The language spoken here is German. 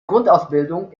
grundausbildung